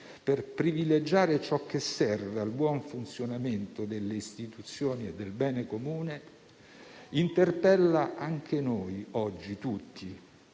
per privilegiare ciò che serve al buon funzionamento delle istituzioni e del bene comune, interpella tutti noi oggi,